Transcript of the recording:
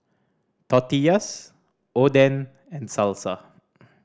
Tortillas Oden and Salsa